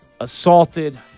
assaulted